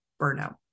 burnout